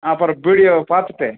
அப்புறம் பிடிஓவை பார்த்துட்டு